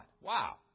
Wow